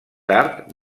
tard